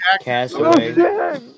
Castaway